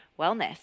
wellness